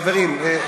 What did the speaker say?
חברים,